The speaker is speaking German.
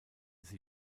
sie